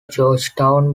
georgetown